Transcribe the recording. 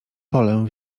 połę